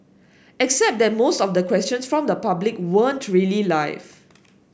except that most of the questions from the public weren't really life